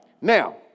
now